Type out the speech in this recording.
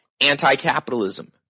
anti-capitalism